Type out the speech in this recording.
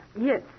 Yes